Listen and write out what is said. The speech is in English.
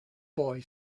boy